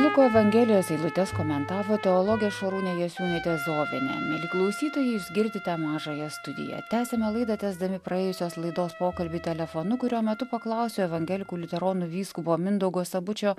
luko evangelijos eilutes komentavo teologė šarūnė jasiūnaitė zovienė mieli klausytojai jūs girdite mažąją studiją tęsėme laidą tęsdami praėjusios laidos pokalbį telefonu kurio metu paklausiau evangelikų liuteronų vyskupo mindaugo sabučio